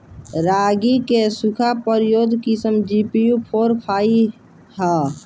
रागी क सूखा प्रतिरोधी किस्म जी.पी.यू फोर फाइव ह?